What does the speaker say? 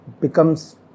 becomes